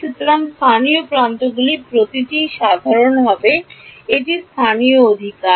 সুতরাং স্থানীয় প্রান্তগুলি প্রতিটি সাধারণ হবে এটি স্থানীয় অধিকার